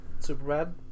Superbad